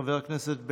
חבר הכנסת בליאק,